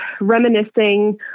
reminiscing